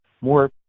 more